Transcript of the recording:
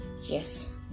yes